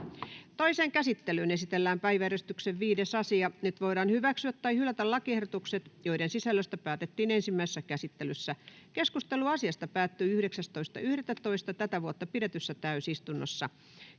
Toiseen käsittelyyn esitellään päiväjärjestyksen 5. asia. Nyt voidaan hyväksyä tai hylätä lakiehdotukset, joiden sisällöstä päätettiin ensimmäisessä käsittelyssä. Keskustelu asiasta päättyi 19.11.2024 pidetyssä täysistunnossa.